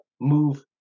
move